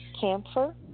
camphor